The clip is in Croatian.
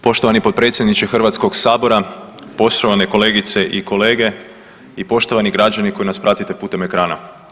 Poštovani potpredsjedniče Hrvatskog sabora, poštovane kolegice i kolege i poštovani građani koji nas pratite putem ekrana.